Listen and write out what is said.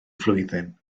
flwyddyn